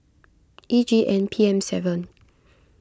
E G N P M seven